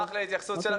נשמח להתייחסות שלך.